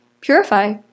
purify